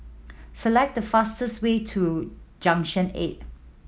select the fastest way to Junction Eight